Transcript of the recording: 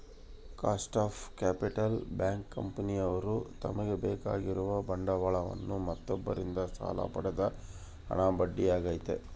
cost of capital bank, ಕಂಪನಿಯವ್ರು ತಮಗೆ ಬೇಕಾಗಿರುವ ಬಂಡವಾಳವನ್ನು ಮತ್ತೊಬ್ಬರಿಂದ ಸಾಲ ಪಡೆದ ಹಣ ಬಡ್ಡಿ ಆಗೈತೆ